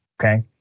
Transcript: okay